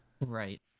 right